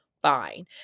fine